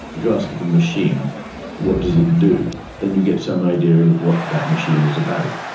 if you ask of a machine what does it do, then you get some idea of what that machine is about.